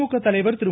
திமுக தலைவர் திரு